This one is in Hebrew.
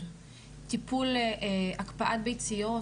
אז הדבר הזה הוא מאוד מאוד משמעותי וצריך להתייחס אליו.